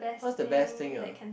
what's the best thing ah